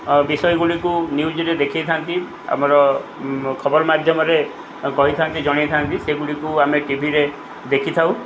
ବିଷୟଗୁଡ଼ିକୁ ନ୍ୟୁଜ୍ରେ ଦେଖେଇଥାନ୍ତି ଆମର ଖବର ମାଧ୍ୟମରେ କହିଥାନ୍ତି ଜଣେଇଥାନ୍ତି ସେଗୁଡ଼ିକୁ ଆମେ ଟିଭିରେ ଦେଖିଥାଉ